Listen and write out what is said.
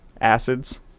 acids